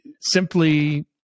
simply